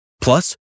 Plus